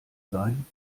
sein